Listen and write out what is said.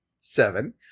seven